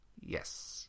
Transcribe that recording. Yes